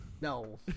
No